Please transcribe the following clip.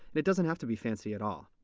it doesn't have to be fancy at all.